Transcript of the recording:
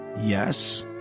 Yes